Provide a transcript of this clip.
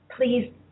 please